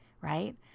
right